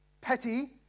petty